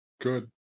Good